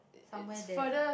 somewhere there